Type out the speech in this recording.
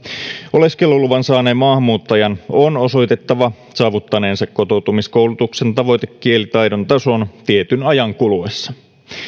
oleskeluluvan saaneen maahanmuuttajan on osoitettava saavuttaneensa kotoutumiskoulutuksen tavoitekielitaidon tason tietyn ajan kuluessa